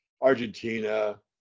Argentina